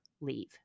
leave